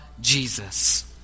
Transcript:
Jesus